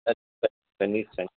নিশ্চয় নিশ্চয়